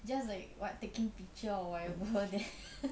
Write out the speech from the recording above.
just like what taking picture or whatever then